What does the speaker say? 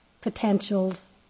potentials